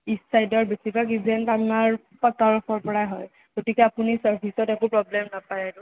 east চাইডৰ বেছিভাগ event আমাৰ তৰফৰ পৰা হয় গতিকে আপুনি চাৰ্ভিছত একো প্ৰব্লেম নাপাই আৰু